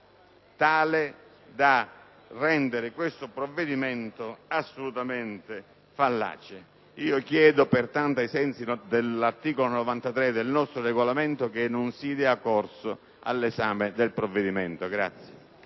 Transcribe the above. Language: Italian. tali da rendere questo provvedimento assolutamente fallace. Chiedo pertanto, ai sensi dell'articolo 93 del nostro Regolamento, che non si dia corso all'esame del provvedimento.